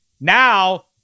now